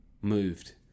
moved